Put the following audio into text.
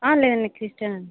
లేదు లేదు క్రిస్టియన్ అండి